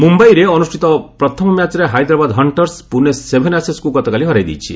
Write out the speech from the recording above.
ମୁମ୍ବାଇରେ ଅନୁଷ୍ଠିତ ପ୍ରଥମ ମ୍ୟାଚ୍ରେ ହାଇଦ୍ରାବାଦ ହଣ୍ଟର୍ସ ପୁନେ ସେଭେନ୍ ଆସେସ୍କୁ ଗତକାଲି ହରାଇ ଦେଇଛି